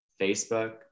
Facebook